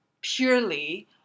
purely